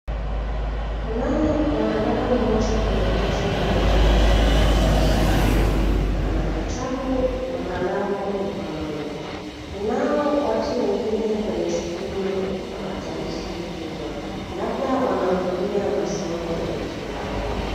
Kunaye mwanadada mmoja ameketi karibu na kipakatalishi chake. Ana kitabu na kalamu mkononi. Kunao watu wengine kwenye skrini ya kipakatalishi hicho, labda wanahudhuria masomo ya mtandaoni.